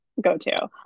go-to